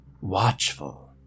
Watchful